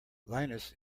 linus